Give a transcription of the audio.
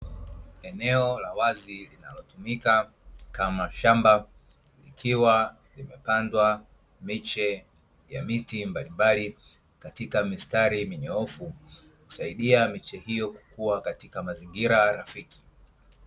Eneo la wazi linalotumika kama shamba likiwa limepandwa miche ya miti mbalimbali, katika mistari minyoofu husaidia miche hiyo kukua katika mazingira rafiki.